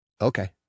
okay